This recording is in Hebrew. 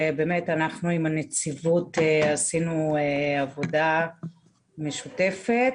אנחנו, עם הנציבות, עשינו עבודה משותפת.